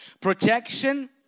protection